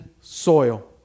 soil